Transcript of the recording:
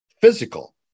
physical